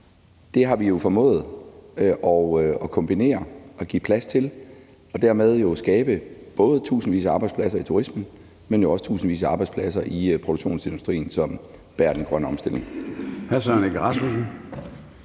Det har vi jo formået at kombinere og give plads til og dermed jo skabt både tusindvis af arbejdspladser i turismen, men jo også tusindvis af arbejdspladser i produktionsindustrien, som bærer den grønne omstilling.